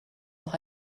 noch